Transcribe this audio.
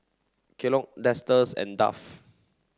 Kellogg and Dove